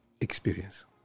Experience